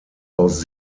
aus